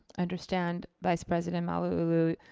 understand vice president malauulu,